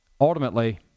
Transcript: Ultimately